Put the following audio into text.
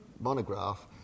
monograph